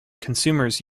consumers